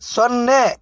ಸೊನ್ನೆ